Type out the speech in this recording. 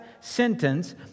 sentence